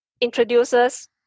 introduces